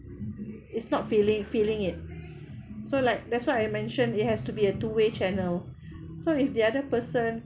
is not feeling feeling it so like that's why I mention it has to be a two way channel so if the other person